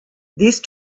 these